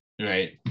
right